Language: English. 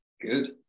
Good